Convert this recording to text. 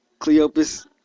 Cleopas